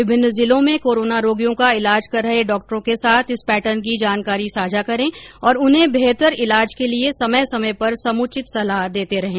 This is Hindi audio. विभिन्न जिलों में कोरोना रोगियों का इलाज कर रहे डॉक्टरों के साथ इस पैटर्न की जानकारी साझा करें और उन्हें बेहतर इलाज के लिए समय समय पर समुचित सलाह देते रहें